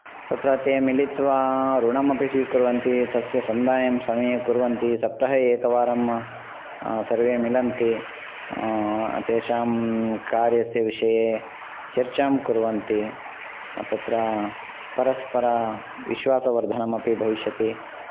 तत्र ते मिलित्वा ऋणम् अपि स्वीकुर्वन्ति तस्य सन्दायं समये कुर्वन्ति सप्ताहे एकवारं सर्वे मिलन्ति तेषां कार्यस्य विषये चर्चां कुर्वन्ति तत्र परस्परविश्वासवर्धनम् अपि भविष्यति